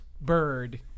bird